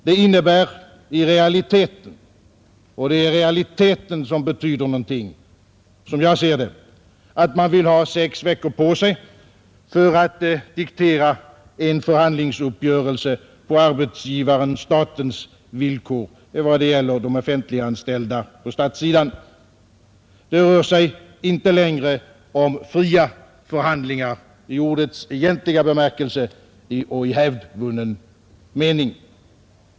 Det innebär i realiteten — och det är realiteten som betyder någonting — att man vill ha sex veckor på sig för att diktera en förhandlingsuppgörelse på arbetsgivaren—statens villkor vad gäller de offentliganställda på statssidan. Det rör sig inte längre om fria förhandlingar i ordets egentliga bemärkelse och i hävdvunnen mening.